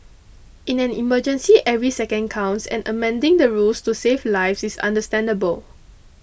in an emergency every second counts and amending the rules to save lives is understandable